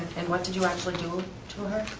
and what did you actually do to her?